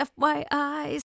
fyi